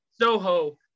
Soho